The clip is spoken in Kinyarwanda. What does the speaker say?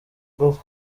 bwo